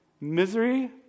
misery